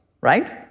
right